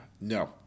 No